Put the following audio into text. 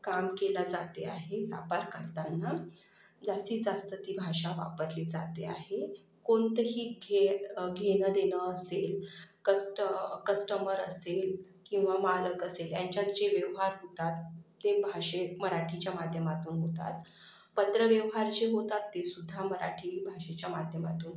काम केला जाते आहे व्यापार करतांना जास्तीतजास्त ती भाषा वापरली जाते आहे कोणतंही घे घेणंदेणं असेल कस्ट कस्टमर असतील किंवा मालक असेल यांच्यात जे व्यवहार होतात ते भाषे मराठीच्या माध्यमातून होतात पत्रव्यवहार जे होतात तेसुद्धा मराठी भाषेच्या माध्यमातून होतात